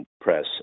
press